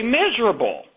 miserable